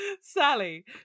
Sally